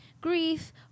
grief